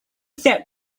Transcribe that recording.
set